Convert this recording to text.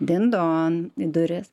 din don į duris